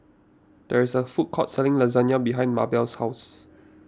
there is a food court selling Lasagna behind Mabell's house